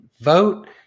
vote